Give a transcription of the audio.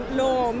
law